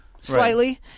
slightly